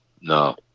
no